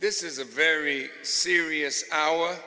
this is a very serious hour